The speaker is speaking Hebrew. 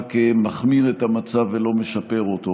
רק מחמיר את המצב ולא משפר אותו.